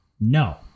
No